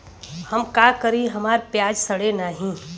हम का करी हमार प्याज सड़ें नाही?